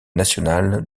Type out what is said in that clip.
nationales